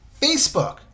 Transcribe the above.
Facebook